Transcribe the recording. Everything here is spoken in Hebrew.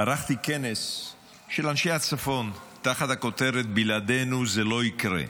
ערכתי כנס של אנשי הצפון תחת הכותרת "בלעדינו זה לא יקרה",